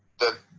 that